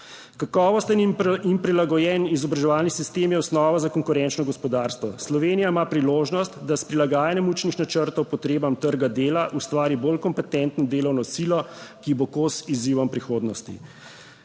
Kakovosten in prilagojen izobraževalni sistem je osnova za konkurenčno gospodarstvo. Slovenija ima priložnost, da s prilagajanjem učnih načrtov potrebam trga dela ustvari bolj kompetentno delovno silo, ki bo kos izzivom prihodnosti.